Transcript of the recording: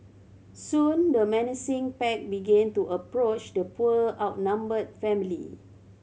soon the menacing pack began to approach the poor outnumbered family